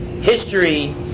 history